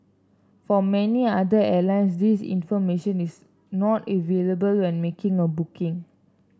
for many other airlines this information is not available when making a booking